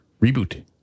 reboot